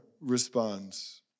responds